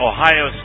Ohio